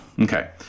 Okay